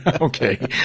Okay